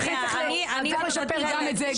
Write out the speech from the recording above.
ולכן צריך לשפר גם את זה,